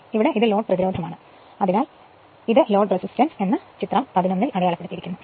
അതിനാൽ ഇത് ലോഡ് പ്രതിരോധമാണ് അതിനാൽ ഇത് ലോഡ് റെസിസ്റ്റൻസ് എന്ന് ചിത്രം 11 ൽ അടയാളപ്പെടുത്തിയിരിക്കുന്നു